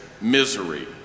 misery